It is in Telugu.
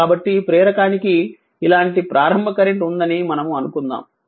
కాబట్టి ప్రేరకానికి ఇలాంటి ప్రారంభ కరెంట్ ఉందని మనము అనుకుందాము